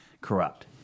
corrupt